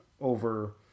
Over